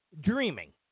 dreaming